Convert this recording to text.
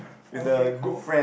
okay cool